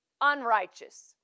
unrighteous